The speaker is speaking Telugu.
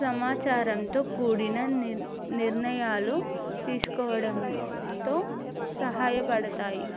సమాచారంతో కూడిన నిర్ నిర్ణయాలు తీసుకోవడంలో సహాయపడతాయి